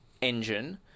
engine